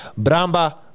Bramba